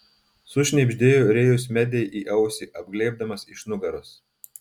sušnibždėjo rėjus medei į ausį apglėbdamas iš nugaros